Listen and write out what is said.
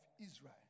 Israel